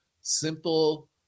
simple